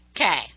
Okay